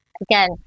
again